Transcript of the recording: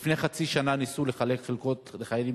לפני חצי שנה ניסו לחלק חלקות לחיילים